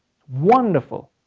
wonderful.